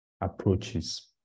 approaches